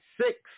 six